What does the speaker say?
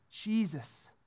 Jesus